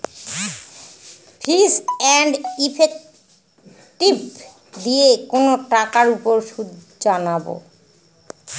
ফিচ and effective দিয়ে কোনো টাকার উপর সুদ জানবো